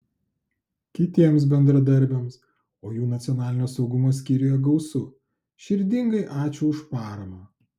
kitiems bendradarbiams o jų nacionalinio saugumo skyriuje gausu širdingai ačiū už paramą